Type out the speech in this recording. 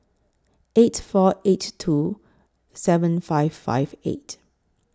eight four eight two seven five five eight